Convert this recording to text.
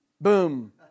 boom